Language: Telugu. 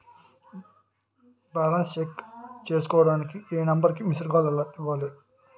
బాలన్స్ చెక్ చేసుకోవటానికి ఏ నంబర్ కి మిస్డ్ కాల్ ఇవ్వాలి?